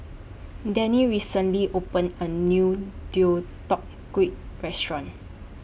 Dennie recently opened A New Deodeok Gui Restaurant